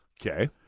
Okay